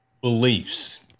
beliefs